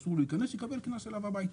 ואסור לו להיכנס, יקבל קנס אליו הביתה.